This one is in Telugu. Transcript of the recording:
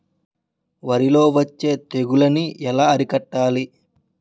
వరిలో వచ్చే తెగులని ఏలా అరికట్టాలి?